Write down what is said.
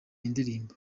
indirimbo